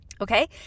Okay